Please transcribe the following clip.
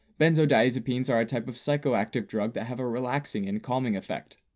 benzodiazepines are a type of psychoactive drug that have a relaxing and calming effect.